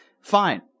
Fine